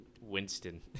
Winston